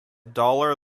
dollar